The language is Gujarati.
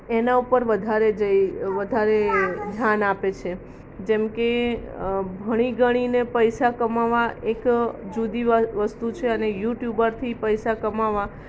એના ઉપર વધારે જઈ વધારે ધ્યાન આપે છે જેમકે ભણી ગણીને પૈસા કમાવા એક જુદી વસ્તુ છે અને યુટ્યુબરથી પૈસા કમાવા